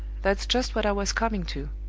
that's just what i was coming to.